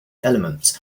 elements